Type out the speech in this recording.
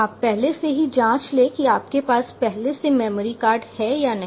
आप पहले से ही जांच लें कि आपके पास पहले से मेमोरी कार्ड है या नहीं